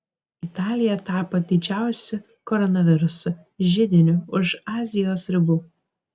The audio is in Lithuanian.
italija tapo didžiausiu koronaviruso židiniu už azijos ribų